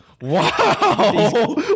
wow